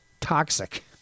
toxic